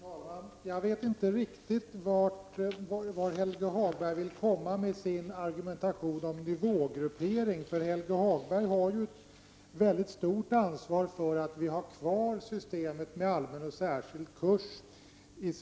Fru talman! Jag vet inte riktigt vart Helge Hagberg vill komma med sin argumentation om nivågruppering. Helge Hagberg har ju ett väldigt stort ansvar för att vi i Sverige har kvar systemet med allmän och särskild kurs.